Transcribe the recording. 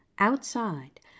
outside